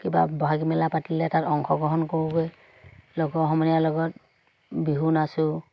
কিবা বহাগী মেলা পাতিলে তাত অংশগ্ৰহণ কৰোঁগৈ লগৰ সমনীয়াৰ লগত বিহু নাচোঁ